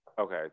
Okay